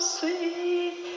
sweet